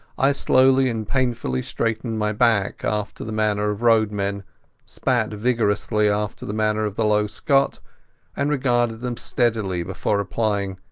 i slowly and painfully straightened my back, after the manner of roadmen spat vigorously, after the manner of the low scot and regarded them steadily before replying.